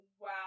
wow